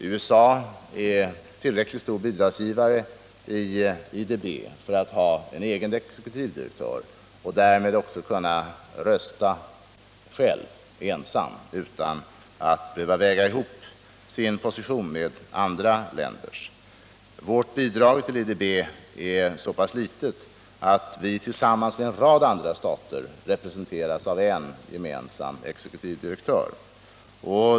USA är en tillräckligt stor bidragsgivare i IDB för att ha en egen exekutivdirektör och därmed också kunna rösta ensamt utan att behöva väga ihop sin position med andra länders. Vårt bidrag till IDB är så pass litet att vi tillsammans med en rad andra stater representeras av en gemensam exekutivdirektör.